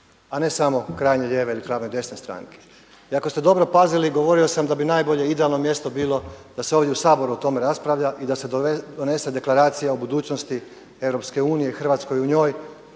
a ne samo krajnje lijeve ili krajnje desne stranke. I ako ste dobro pazili govorio sam da bi najbolje idealno mjesto bilo da se ovdje u Saboru o tome raspravlja i da se donese deklaracija o budućnosti Europske unije